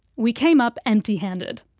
we came up empty handed.